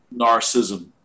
narcissism